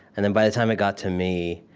and then by the time it got to me,